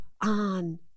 on